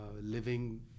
living